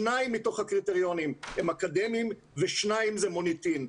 שניים מתוך הקריטריונים הם אקדמיים ושניים זה מוניטין.